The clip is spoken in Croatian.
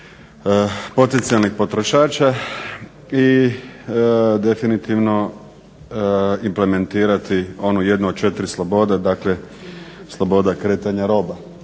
potencijalnih potrošača i definitivno implementirati onu jednu od četiri slobode, dakle sloboda kretanja roba.